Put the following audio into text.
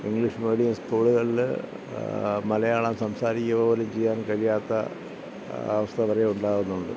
English medium സ്കൂളുകളിൽ മലയാളം സംസാരിക്കുക പോലും ചെയ്യാൻ കഴിയാത്ത അവസ്ഥ വരെ ഉണ്ടാവുന്നുണ്ട്